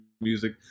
music